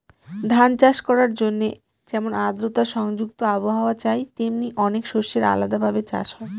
ধান চাষ করার জন্যে যেমন আদ্রতা সংযুক্ত আবহাওয়া চাই, তেমনি অনেক শস্যের আলাদা ভাবে চাষ হয়